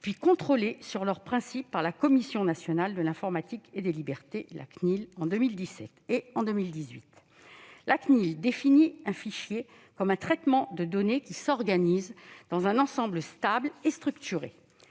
puis contrôlés sur leur principe par la Commission nationale de l'informatique et des libertés en 2017 et en 2018. La CNIL définit un fichier comme « un traitement de données qui s'organise dans un ensemble stable et structuré